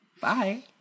Bye